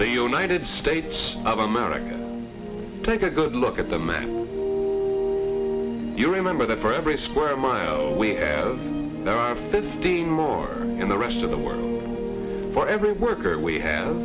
the united states of america take a good look at the map you remember that for every square mile we have there are fifteen more in the rest of the world for every worker we have